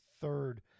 third